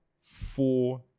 four